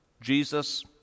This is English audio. Jesus